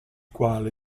quale